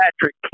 Patrick